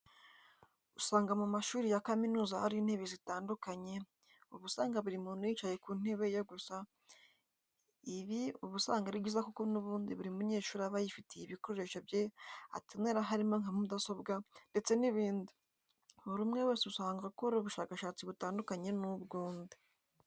Usanga mu mashuri ya kaminuza hari intebe zitandukanye, uba usanga buri muntu yicaye ku ntebe ye gusa, ibi uba usanga ari byiza kuko n'ubundi buri munyeshuri aba yifitiye ibikoresho bye akenera harimo nka mudasobwa ndetse n'ibindi, buri umwe wese usanga akora ubushakashatsi butandukanye n'ubwundi.